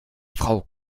frau